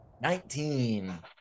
Nineteen